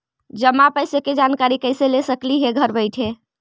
जमा पैसे के जानकारी कैसे ले सकली हे घर बैठे?